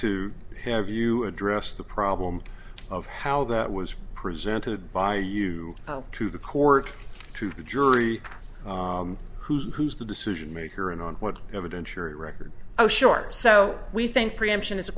to have you address the problem of how that was presented by you to the court to the jury who's who's the decision maker and on what evidence your record oh short so we think preemption is a